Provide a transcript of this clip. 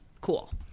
cool